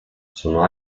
sono